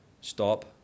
stop